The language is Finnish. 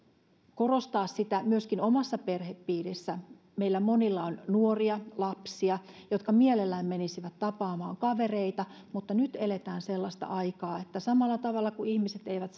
korostaa sitä myöskin omassa perhepiirissä meillä monilla on nuoria ja lapsia jotka mielellään menisivät tapaamaan kavereita mutta nyt eletään sellaista aikaa että samalla tavalla kuin ihmiset eivät